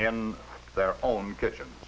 in their own kitchen